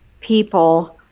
people